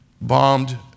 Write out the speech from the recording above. bombed